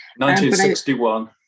1961